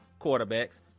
quarterbacks